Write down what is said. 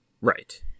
right